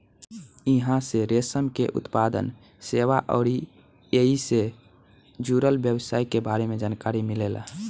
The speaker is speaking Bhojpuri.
इहां से रेशम के उत्पादन, सेवा अउरी ऐइसे जुड़ल व्यवसाय के बारे में जानकारी मिलेला